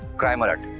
crime alert.